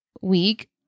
week